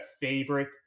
favorite